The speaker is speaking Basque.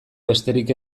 besterik